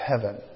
heaven